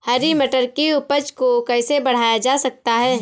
हरी मटर की उपज को कैसे बढ़ाया जा सकता है?